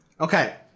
okay